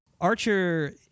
Archer